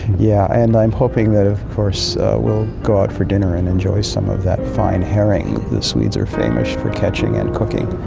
yeah and i'm hoping that of course we'll go out for dinner and enjoy some of that fine herring the swedes are famous for catching and cooking.